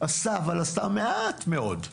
עשתה, אבל עשתה מעט מאוד.